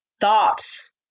thoughts